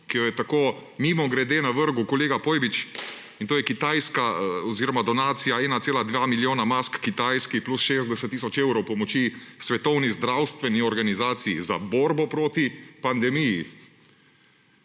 ki jo je tako mimogrede navrgel kolega Pojbič, in to je Kitajska oziroma donacija 1,2 milijona mask Kitajski plus 60 tisoč evrov pomoči Svetovni zdravstveni organizaciji za borbo proti pandemiji.